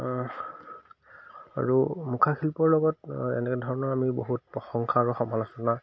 আৰু মুখাশিল্পৰ লগত এনেধৰণৰ আমি বহুত প্ৰশংসা আৰু সমালোচনা